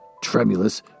Tremulous